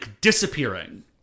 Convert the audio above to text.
disappearing